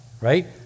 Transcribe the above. right